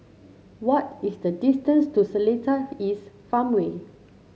what is the distance to Seletar East Farmway